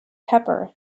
pepper